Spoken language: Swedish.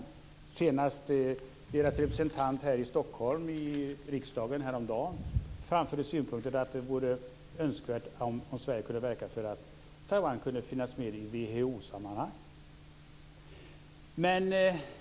Det skedde senast i riksdagen häromdagen av dess representant här i Stockholm, som framförde synpunkten att det vore önskvärt att Sverige verkar för att Taiwan kan finnas med i WHO-sammanhang.